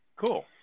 Cool